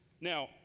Now